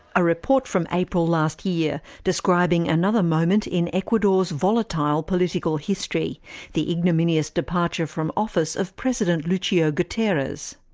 a report from april last year, describing another moment in ecuador's volatile political history the ignominious departure from office of president lucio guitierrez.